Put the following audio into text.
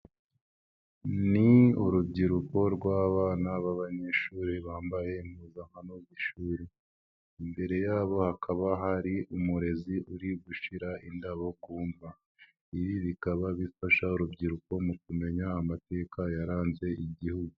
Ni urubyiruko rw'abana b'abanyeshuri bambaye impuzankano z'ishuri, imbere yabo hakaba hari umurezi uri gushira indabo ku mva. Ibi bikaba bifasha urubyiruko mu kumenya amateka yaranze igihugu.